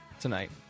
tonight